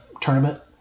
tournament